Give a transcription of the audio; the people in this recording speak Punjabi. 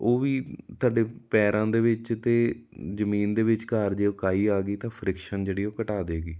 ਉਹ ਵੀ ਤੁਹਾਡੇ ਪੈਰਾਂ ਦੇ ਵਿੱਚ ਅਤੇ ਜ਼ਮੀਨ ਦੇ ਵਿਚਕਾਰ ਜੇ ਉਹ ਕਾਈ ਆ ਗਈ ਤਾਂ ਫਰਿਕਸ਼ਨ ਜਿਹੜੀ ਉਹ ਘਟਾ ਦੇਵੇਗੀ